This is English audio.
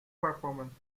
performance